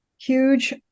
huge